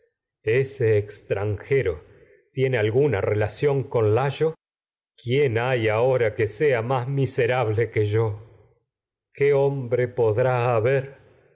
ese ex tranjero ahora tiene sea alguna relación layo quién hay po que más miserable que yo qué hombre drá haber